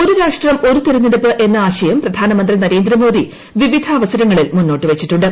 ഒരു രാഷ്ട്രം ഒരു തെരഞ്ഞെടുപ്പ് എന്ന ആശയം പ്രധാനമന്ത്രി നരേന്ദ്രമോദി വിവിധ അവസരങ്ങളിൽ മുന്നോട്ട് വച്ചിട്ടുണ്ട്